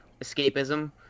escapism